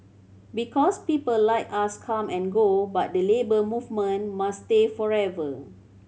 because people like us come and go but the Labour Movement must stay forever